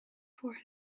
for